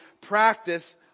Practice